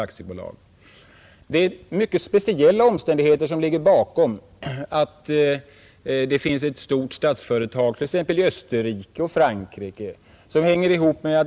Det är mycket speciella omständigheter som ligger bakom de stora statsföretagen exempelvis i Österrike och i Frankrike.